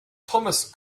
thomas